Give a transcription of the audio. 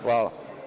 Hvala.